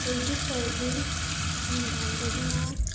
twenty ꯐꯣꯔꯒꯤ ꯅꯨꯡꯗꯥꯡꯗꯒꯤꯅ